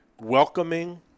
welcoming